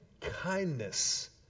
kindness